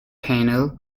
panel